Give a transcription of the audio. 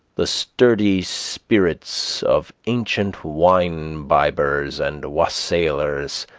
the sturdy spirits of ancient wine-bibbers and wassailers,